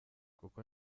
kuko